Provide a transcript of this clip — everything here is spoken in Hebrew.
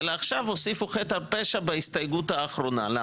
עכשיו הוסיפו חטא על פשע בהסתייגות האחרונה,